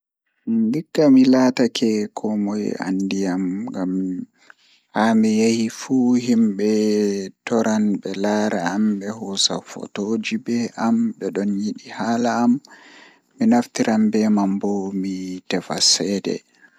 Ndikka mi laatake koomoi andi am haami yahi fuu himbe toran laara am be hoosa footooji ba am bedon yidi haala am mi naftiran be man bo ngam mi tefa ceede.